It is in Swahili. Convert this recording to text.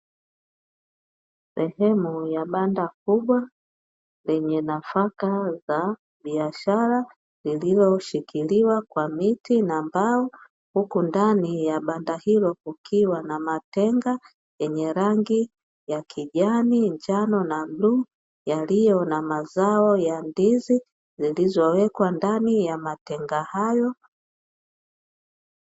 Sehemu ya banda kubwa lenye nafaka za biashara lililoshikiliwa kwa miti na mbao, huku ndani ya banda hilo kukiwa na matenga yenye rangi ya kijani, njano na bluu yaliyo na mazao ya ndizi zilizowekwa ndani ya matenga hayo.